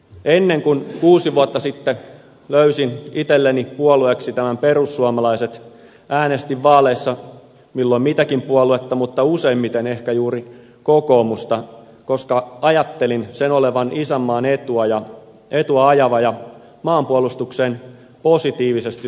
ennen kuin kuusi vuotta sitten löysin itselleni puolueeksi perussuomalaiset äänestin vaaleissa milloin mitäkin puoluetta mutta useimmiten ehkä juuri kokoomusta koska ajattelin sen olevan isänmaan etua ajava ja maanpuolustukseen positiivisesti suhtautuva puolue